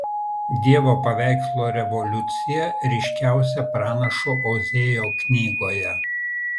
dievo paveikslo revoliucija ryškiausia pranašo ozėjo knygoje